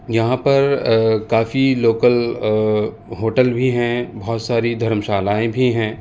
یہاں پر کافی لوکل ہوٹل بھی ہیں بہت ساری دھرم شالائیں بھی ہیں